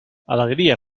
alegria